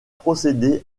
procédé